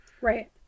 right